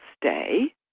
stay